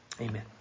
Amen